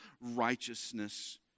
righteousness